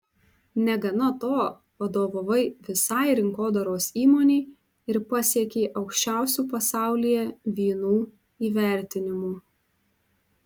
negana to vadovavai visai rinkodaros įmonei ir pasiekei aukščiausių pasaulyje vynų įvertinimų